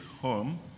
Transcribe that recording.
home